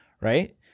right